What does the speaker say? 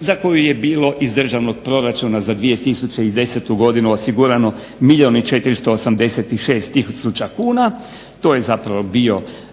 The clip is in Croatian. za koju je bilo iz državnog proračuna za 2010. godinu osigurano milijun i 486 tisuća kuna, to je zapravo bio do